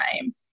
time